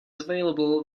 available